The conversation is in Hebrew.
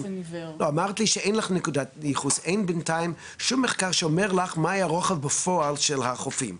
אין בינתיים שום מחקר שאומר לך מה יהיה הרוחב בפועל של החופים.